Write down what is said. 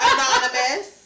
Anonymous